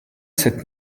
sept